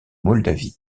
moldavie